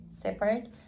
separate